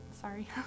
sorry